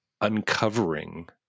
uncovering